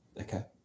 Okay